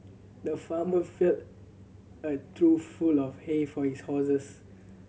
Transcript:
the farmer filled a trough full of hay for his horses